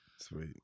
Sweet